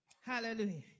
Hallelujah